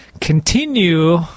continue